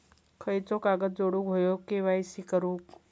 खयचो कागद जोडुक होयो के.वाय.सी करूक?